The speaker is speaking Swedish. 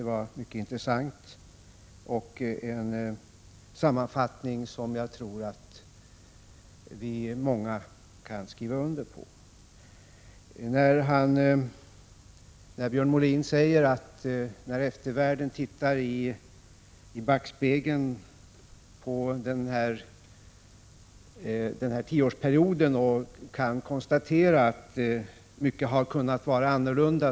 Den var mycket intressant och en sammanfattning som jag tror att många av oss kan skriva under på. Björn Molin säger att när eftervärlden tittar i backspegeln på den här tioårsperioden kan det konstateras att mycket hade kunnat vara annorlunda.